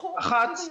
האחת,